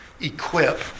equip